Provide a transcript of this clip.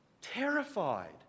Terrified